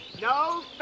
No